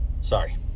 Sorry